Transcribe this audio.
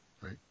right